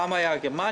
פעם זאת הייתה גרמניה.